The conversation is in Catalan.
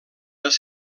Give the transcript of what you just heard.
les